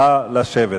נא לשבת.